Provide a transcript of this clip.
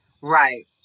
Right